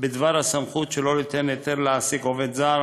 בדבר הסמכות שלא ליתן היתר להעסיק עובד זר